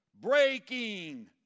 breaking